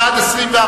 בעד, 24,